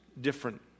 different